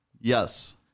Yes